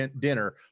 dinner